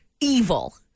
evil